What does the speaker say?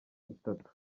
bitatu